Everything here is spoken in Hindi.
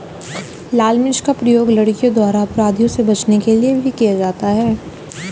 लाल मिर्च का प्रयोग लड़कियों द्वारा अपराधियों से बचने के लिए भी किया जाता है